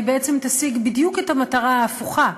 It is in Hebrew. היא תשיג את המטרה ההפוכה,